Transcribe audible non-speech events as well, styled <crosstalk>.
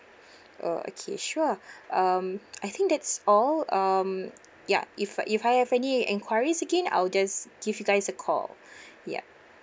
<breath> oh okay sure <breath> um I think that's all um ya if if I have any enquiries again I'll just give you guys a call <breath> yup